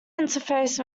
interface